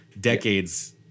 decades